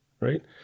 right